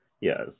Yes